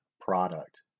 product